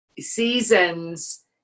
seasons